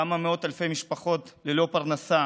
כמה מאות אלפי משפחות ללא פרנסה,